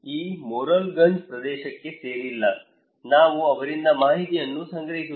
ಈ ಮೊರೆಲ್ಗಂಜ್ ಪ್ರದೇಶಕ್ಕೆ ಸೇರಿಲ್ಲ ನಾವು ಅವರಿಂದ ಮಾಹಿತಿಯನ್ನು ಸಂಗ್ರಹಿಸುತ್ತೇವೆ